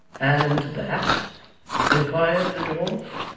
and that inquired the dwarf,